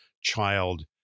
child